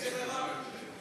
איזה מירב?